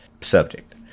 subject